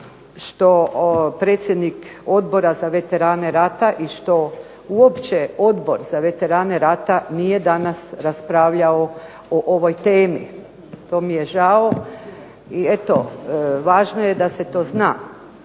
što predsjednik Odbora za veterane rata i što uopće Odbor za veterane rata nije danas raspravljao o ovoj temi. To mi je žao i eto, važno je da se to zna.